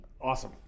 Awesome